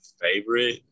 Favorite